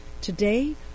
Today